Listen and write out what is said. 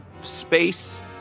space